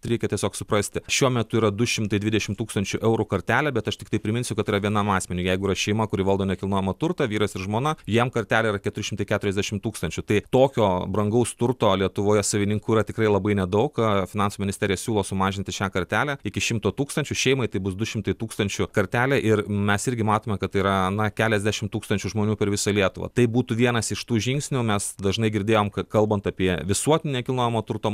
reikia tiesiog suprasti šiuo metu yra du šimtai dvidešimt tūkstančių eurų kartelė bet aš tiktai priminsiu kad yra vienam asmeniui jeigu yra šeima kuri valdo nekilnojamą turtą vyras ir žmona jiem kortelė yra keturi šimtai keturiasdešimt tūkstančių tai tokio brangaus turto lietuvoje savininkų yra tikrai labai nedaug finansų ministerija siūlo sumažinti šią kartelę iki šimto tūkstančių šeimai tai bus du šimtai tūkstančių kartelę ir mes irgi matome kad yra na keliasdešimt tūkstančių žmonių per visą lietuvą tai būtų vienas iš tų žingsnių mes dažnai girdėjom kad kalbant apie visuotinį nekilnojamo turto